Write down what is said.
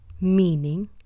Meaning